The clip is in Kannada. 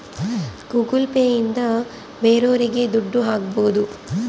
ಗೂಗಲ್ ಪೇ ಇಂದ ಬೇರೋರಿಗೆ ದುಡ್ಡು ಹಾಕ್ಬೋದು